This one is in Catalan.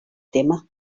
tema